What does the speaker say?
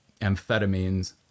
amphetamines